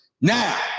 Now